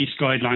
guidelines